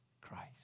Christ